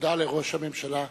תודה לראש הממשלה.